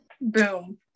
boom